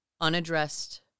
unaddressed